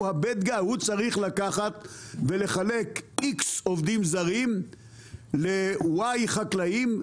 הוא צריך לחלק X עובדים זרים ל-Y חקלאים,